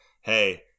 hey